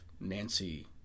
Nancy